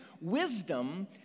Wisdom